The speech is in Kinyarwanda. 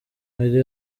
ari